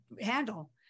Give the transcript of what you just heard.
handle